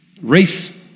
race